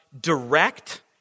direct